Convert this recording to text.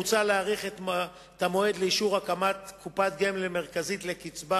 מוצע להאריך את המועד לאישור הקמת קופת גמל מרכזית לקצבה